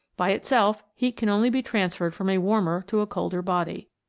by itself heat can only be transferred from a warmer to a colder body.